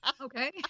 Okay